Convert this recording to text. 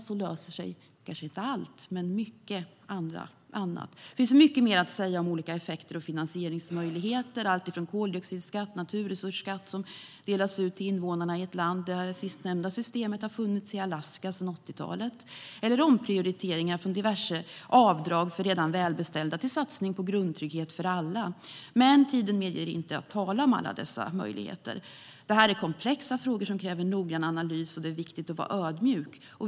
Då löser sig kanske inte allt men mycket. Det finns mycket mer att säga om olika effekter och finansieringsmöjligheter. Det handlar om koldioxidskatt och naturresursskatt som delas ut till invånarna i ett land - det sistnämnda systemet har funnits i Alaska sedan 80-talet. Det kan också vara omprioriteringar från diverse avdrag för redan välbeställda till en satsning på grundtrygghet för alla. Men tiden medger inte att jag talar om alla dessa möjligheter. Det här är komplexa frågor som kräver en noggrann analys, och det är viktigt att vara ödmjuk.